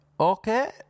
Okay